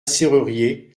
serrurier